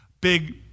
Big